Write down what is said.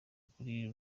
kuri